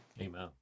amen